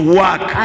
work